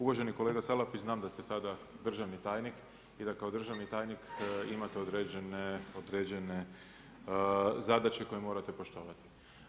Uvaženi kolega Salapić, znam da ste sada državni tajnik i da kao državni tajnik imate određene zadaće koje morate poštovati.